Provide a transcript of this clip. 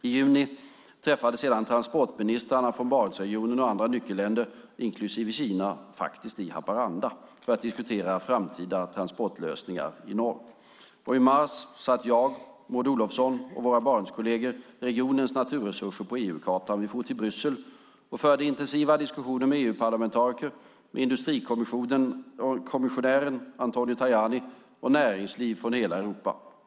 I juni träffades sedan transportministrarna från Barentsregionen och andra nyckelländer, inklusive Kina, i Haparanda för att diskutera framtidens transportlösningar i norr, och i mars satte jag, Maud Olofsson och våra Barentskollegor regionens naturresurser på EU-kartan. Vi for till Bryssel och förde intensiva diskussioner med EU-parlamentariker, industrikommissionären Antonio Tajani och näringsliv från hela Europa.